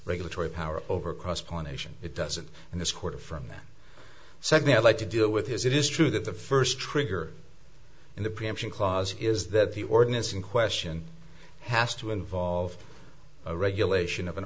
regulatory power over cross pollination it doesn't and this court from that second i'd like to deal with his it is true that the first trigger in the preemption clause is that the ordinance in question has to involve a regulation of an